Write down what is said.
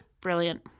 Brilliant